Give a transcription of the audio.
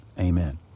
Amen